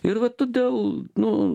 ir va todėl nu